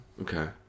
Okay